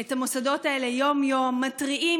את המוסדות האלה יום-יום מתריעים,